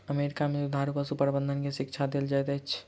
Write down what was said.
America में दुधारू पशु प्रबंधन के शिक्षा देल जाइत अछि